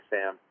Sam